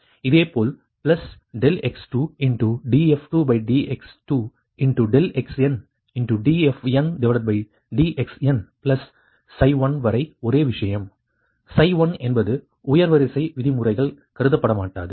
இதேபோல் plus ∆x2 df2dx2 ∆xn dfndxn plus 1 வரை ஒரே விஷயம் Ψ1 என்பது உயர் வரிசை விதிமுறைகள் கருதப்படமாட்டாது